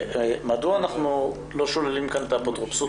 מדוע אנחנו לא שוללים כאן את האפוטרופסות